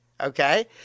Okay